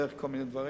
דרך כל מיני דברים,